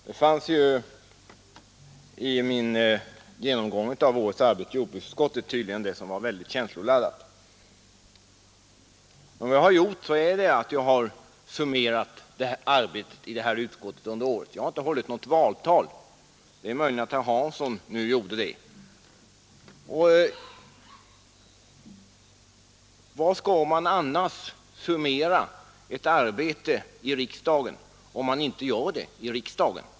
Herr talman! I min genomgång av årets arbete i jordbruksutskottet fanns tydligen det som var väldigt känsloladdat. Vad jag har gjort är att jag har summerat arbetet i det här utskottet under året. Jag har inte hållit något valtal. Det är möjligt att herr Hansson i Skegrie nu gjorde det. Var skall man annars summera ett arbete i riksdagen, om man inte gör det här.